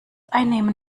einnehmen